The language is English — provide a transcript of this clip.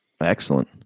Excellent